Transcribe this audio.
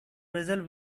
vessel